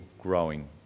growing